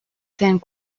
saint